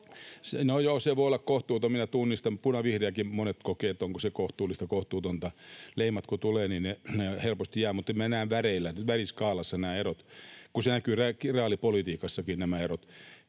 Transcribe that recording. se voi olla kohtuuton, minä tunnistan. Punavihreästäkin monet kokevat, että onko se kohtuullista, kohtuutonta. Leimat kun tulevat, niin ne helposti jäävät, mutta näen väriskaalassa nämä erot, kun nämä erot näkyvät reaalipolitiikassakin. — Nyt